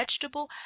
vegetable